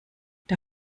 der